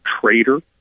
traitor